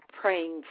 praying